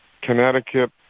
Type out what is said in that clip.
Connecticut